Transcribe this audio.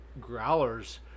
growlers